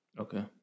okay